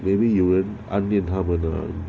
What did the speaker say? maybe you one onion 他们